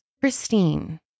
Christine